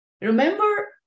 Remember